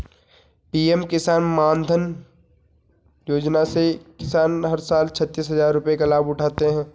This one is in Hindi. पीएम किसान मानधन योजना से किसान हर साल छतीस हजार रुपये का लाभ उठाते है